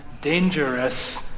dangerous